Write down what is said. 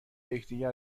یکدیگر